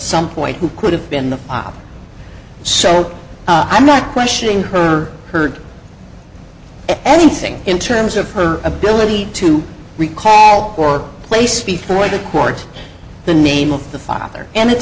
some point who could have been the op so i'm not questioning her heard anything in terms of her ability to recall or place before the court the name of the father and at